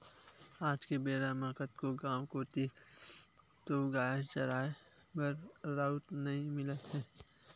आज के बेरा म कतको गाँव कोती तोउगाय चराए बर राउत नइ मिलत हे